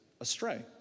astray